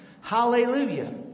Hallelujah